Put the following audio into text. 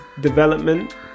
development